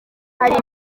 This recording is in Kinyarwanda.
hari